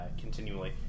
continually